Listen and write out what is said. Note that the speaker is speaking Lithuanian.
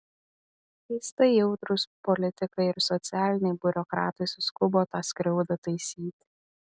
keistai jautrūs politikai ir socialiniai biurokratai suskubo tą skriaudą taisyti